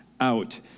out